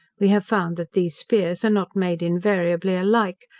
we have found that these spears are not made invariably alike,